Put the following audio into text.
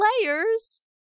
players